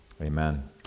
Amen